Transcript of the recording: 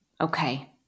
Okay